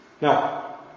Now